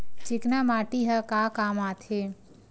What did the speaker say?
चिकना माटी ह का काम आथे?